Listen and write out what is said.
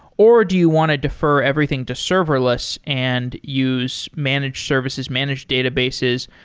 or do you want to defer everything to serverless and use managed services, managed databases,